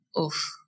oof